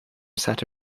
set